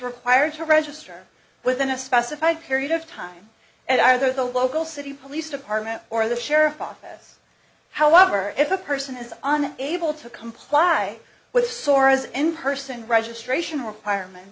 required to register within a specified period of time and are the local city police department or the sheriff's office however if a person is on able to comply with sores in person registration requirements